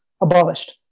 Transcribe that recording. abolished